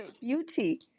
beauty